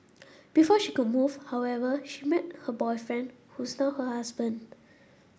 before she could move however she met her boyfriend who is now her husband